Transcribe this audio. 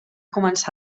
començar